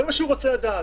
זה מה שהוא רוצה לדעת.